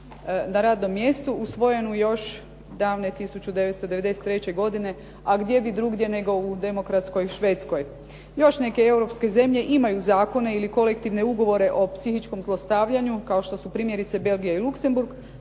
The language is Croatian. na radnom mjestu usvojen još davne još 1993. godine a gdje bi drugdje nego u demokratskoj Švedskoj. Još neke europske zemlje imaju zakone ili kolektivne ugovore o psihičkom zlostavljanju kao što su primjerice Belgija i Luxemburg,